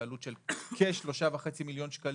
בעלות של כ-3.5 מיליון שקלים,